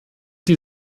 die